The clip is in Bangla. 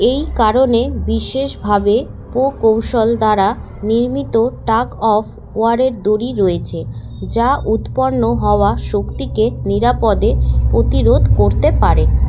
এই কারণে বিশেষভাবে প্রকৌশল দ্বারা নির্মিত টাগ অফ ওয়ারের দড়ি রয়েছে যা উৎপন্ন হওয়া শক্তিকে নিরাপদে প্রতিরোধ করতে পারে